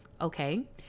Okay